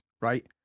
right